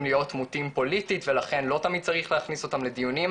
להיות מוטים פוליטית ולכן לא תמיד צריך להכניס אותם לדיונים,